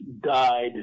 died